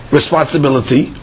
responsibility